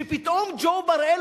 שפתאום ג'ו בראל,